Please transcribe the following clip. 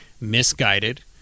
misguided